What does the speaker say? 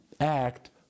act